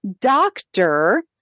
doctor